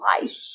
life